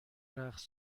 رقص